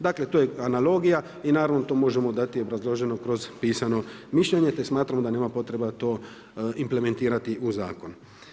Dakle, to je analogija i naravno tu možemo dati obrazloženo kroz pisano mišljenje, te smatramo da nema potrebe to implementirati u zakon.